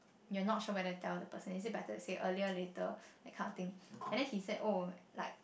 you're not sure whether to tell the person is it better to say earlier later that kind of thing and then he said oh like